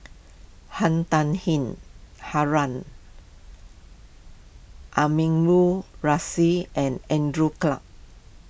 Han Tan Harun Aminurrashid and Andrew Clarke